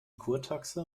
kurtaxe